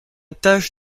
tâche